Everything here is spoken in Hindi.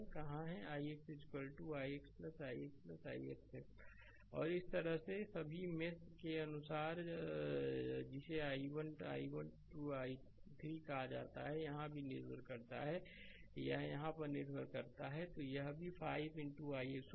कहा ix ix ' ix ix ix और इसी तरह और सभी मेष आर के अनुसार जिसे i1 i2 i3 कहा जाता है और यहाँ भी निर्भर करता है कि यह यहाँ निर्भर है यह भी 5 ix होगा